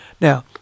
Now